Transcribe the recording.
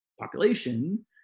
population